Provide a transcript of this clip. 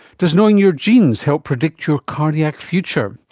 does knowing your genes help predict your cardiac future?